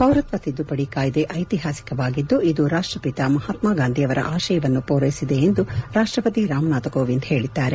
ಪೌರತ್ವ ತಿದ್ದುಪಡಿ ಕಾಯಿದೆ ಐತಿಹಾಸಿಕವಾಗಿದ್ದು ಇದು ರಾಷ್ಷಚಿತ ಮಹಾತ್ಮಾ ಗಾಂಧಿ ಅವರ ಆಶಯವನ್ನು ಪೂರೈಸಿದೆ ಎಂದು ರಾಷ್ಟಪತಿ ರಾಮನಾಥ ಕೋವಿಂದ್ ಹೇಳಿದ್ದಾರೆ